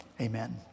amen